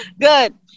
good